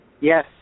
Yes